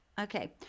Okay